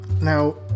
Now